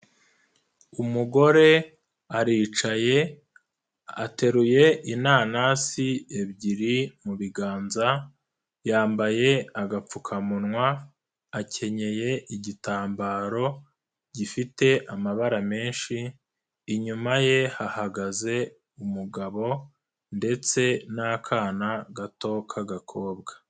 Umugore aricaye ateruye inanasi ebyiri mu biganza, yambaye agapfukamunwa, akenyeye igitambaro gifite amabara menshi, inyuma ye hahagaze umugabo ndetse n'akana gato k'agakobwa.